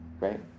Right